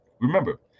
Remember